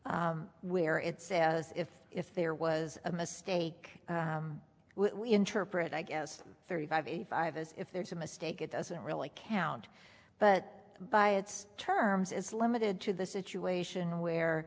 statement where it says if if there was a mistake we interpret i guess thirty five eighty five as if there's a mistake it doesn't really count but by its terms is limited to the